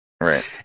Right